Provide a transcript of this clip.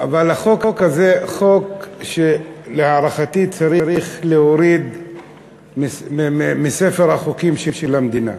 אבל החוק הזה הוא חוק שלהערכתי צריך להוריד מספר החוקים של המדינה.